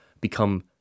become